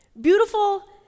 Beautiful